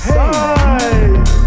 side